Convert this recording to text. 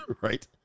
right